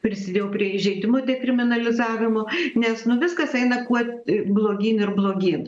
prisidėjau prie įžeidimų dekriminalizavimo nes nu viskas eina kuo blogyn ir blogyn